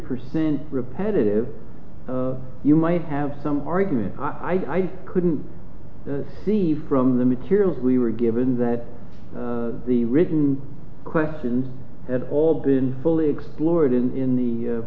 percent repetitive of you might have some argument i couldn't see from the materials we were given that the written questions at all been fully explored in the